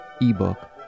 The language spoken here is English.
ebook